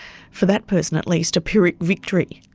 for that person at least, a pyrrhic victory.